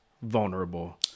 vulnerable